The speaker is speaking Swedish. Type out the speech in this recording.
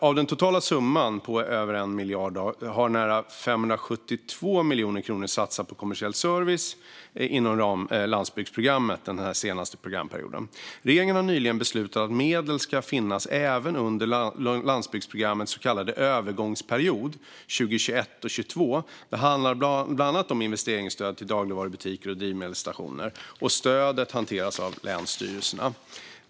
Av den totala summan på över 1 miljard har nära 572 miljoner kronor satsats på kommersiell service inom landsbygdsprogrammet den senaste programperioden. Regeringen har nyligen beslutat att medel ska finnas även under landsbygdsprogrammets så kallade övergångsperiod 2021 och 2022. Det handlar bland annat om investeringsstöd till dagligvarubutiker och drivmedelsstationer. Stödet hanteras av länsstyrelserna.